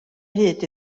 hyd